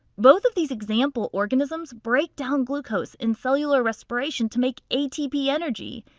both of these example organisms break down glucose in cellular respiration to make atp energy.